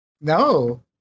no